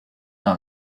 dans